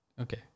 Okay